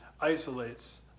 isolates